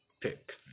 pick